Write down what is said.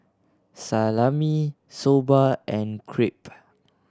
Salami Soba and Crepe